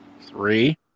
three